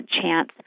chance